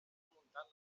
muntat